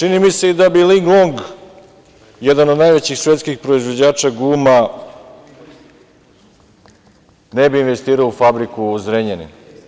Čini mi se i da bi Ling Long, jedan od najvećih svetskih proizvođača guma ne bi investirao u fabriku u Zrenjaninu.